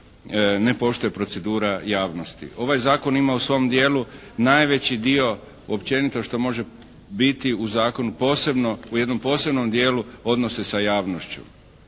ne poštuje procedura javnosti. Ovaj zakon ima u svom dijelu najveći dio, općenito što može biti u zakonu, u jednom posebnom dijelu odnose sa javnošću.